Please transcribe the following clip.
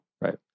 right